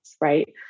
right